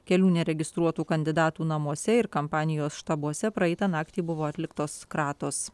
kelių neregistruotų kandidatų namuose ir kampanijos štabuose praeitą naktį buvo atliktos kratos